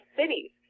cities